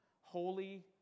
holy